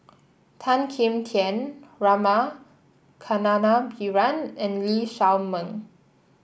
Tan Kim Tian Rama Kannabiran and Lee Shao Meng